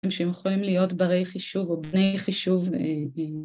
שהם יכולים להיות ברי חישוב או בני חישוב